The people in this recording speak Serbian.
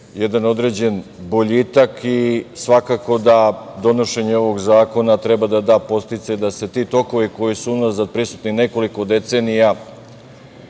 jedan određen boljitak i svakako da donošenje ovog zakona treba da da podsticaj da se ti tokovi koji su unazad prisutni nekoliko decenija